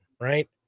Right